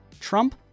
Trump